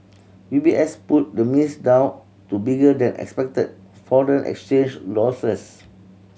U B S put the miss down to bigger than expected foreign exchange losses